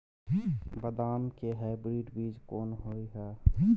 बदाम के हाइब्रिड बीज कोन होय है?